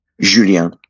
Julien